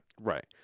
Right